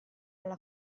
alla